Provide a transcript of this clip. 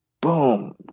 boom